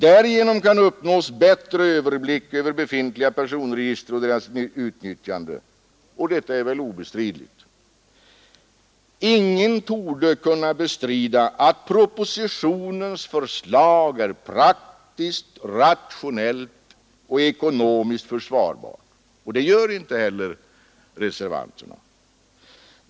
”Därigenom kan uppnås bättre överblick över befintliga personregister och deras utnyttjande”, heter det vidare, och detta är väl obestridligt. Ingen torde kunna bestrida att propositionens förslag är praktiskt, rationellt och ekonomiskt försvarbart. Det gör inte heller reservanterna.